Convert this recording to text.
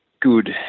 good